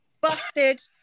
Busted